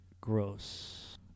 Gross